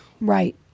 Right